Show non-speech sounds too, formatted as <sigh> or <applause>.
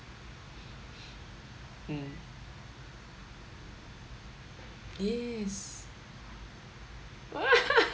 mm yes <laughs>